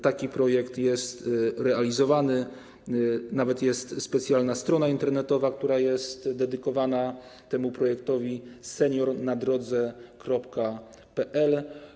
Taki projekt jest realizowany, nawet jest specjalna strona internetowa, która jest dedykowana temu projektowi - seniornadrodze.pl.